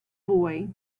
boy